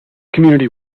community